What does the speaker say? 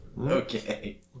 Okay